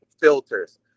filters